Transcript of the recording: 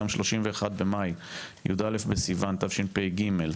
היום 31 במאי י"א בסיוון תשפ"ג.